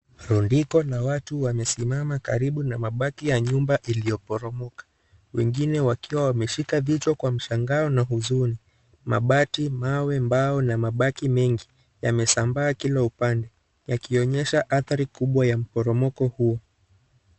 Rundiko la watu wamesimama karibu na mabaki ya nyumba iliyoporomoka. Wengine wakiwa wameshika vichwa kwa mshangao na huzuni. Mabati, mawe, mbao na mabaki mengi yamesambaa kila upande, yakionyesha athari kubwa ya mporomoko huo.